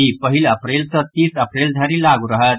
ई पहिल अप्रैल सॅ तीस अप्रैल धरि लागू रहत